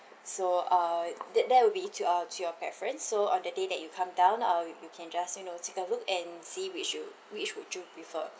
so uh there there will be it to uh to your preference so on the day that you come down uh you you can just you know take a look and see which you which would you prefer